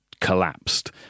collapsed